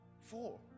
Four